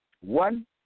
One